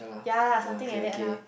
ya lah something like that lah